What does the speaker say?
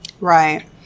Right